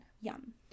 Yum